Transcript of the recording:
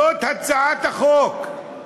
זאת הצעת החוק.